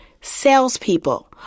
Salespeople